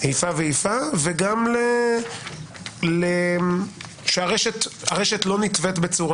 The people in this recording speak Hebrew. לאיפה ואיפה וגם לכך שהרשת לא נטווית בצורה